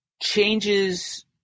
changes